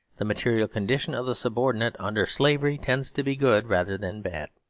the material condition of the subordinate under slavery tends to be good rather than bad.